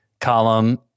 column